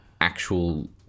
actual